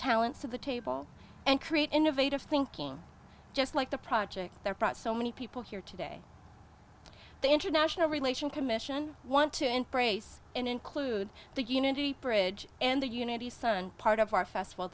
talents to the table and create innovative thinking just like the project there brought so many people here today the international relations commission want to embrace and include the unity bridge and the unity sun part of our festival